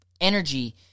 energy